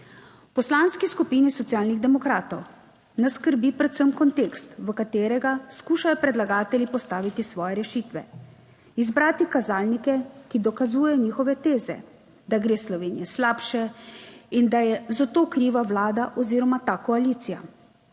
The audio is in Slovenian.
Poslanski skupini Socialnih demokratov nas skrbi predvsem kontekst, v katerega skušajo predlagatelji postaviti svoje rešitve, izbrati kazalnike, ki dokazujejo njihove teze, da gre Sloveniji slabše in da je za to kriva Vlada oziroma ta koalicija.